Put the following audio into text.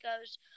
goes